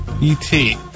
E-T